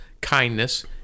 kindness